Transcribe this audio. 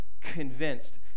convinced